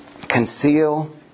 Conceal